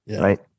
right